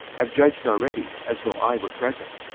have judged already, as though i were present,